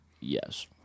yes